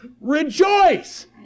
rejoice